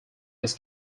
his